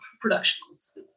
productions